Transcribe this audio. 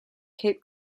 cape